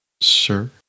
sir